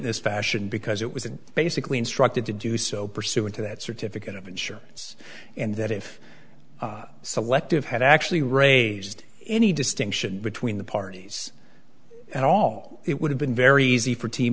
this fashion because it was basically instructed to do so pursuant to that certificate of insurance and that if selective had actually raised any distinction between the parties at all it would have been very easy for t